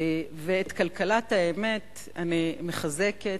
את כלכלת האמת אני מחזקת,